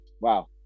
wow